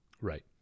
right